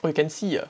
oh you can see ah